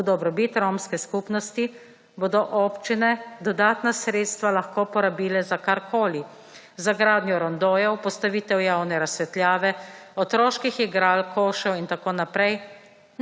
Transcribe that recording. v dobrobit romske skupnosti bodo občine dodatna sredstva lahko porabile za karkoli; za gradnjo rondojev, postavitev javne razsvetljave, otroških igral, košev in tako naprej